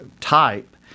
type